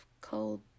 cold